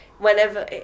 whenever